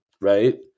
right